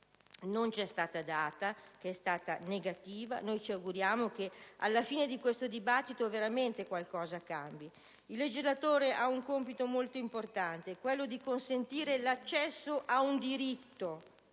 non c'è stata data, che è stata negativa. Ci auguriamo che alla fine di questo dibattito qualcosa cambi. Il legislatore ha un compito molto importante, quello di consentire l'accesso a un diritto,